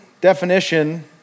definition